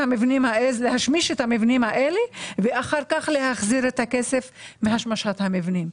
להשמיש את המבנים האלה ואחר כך להחזיר את הכסף מהשמשת המבנים.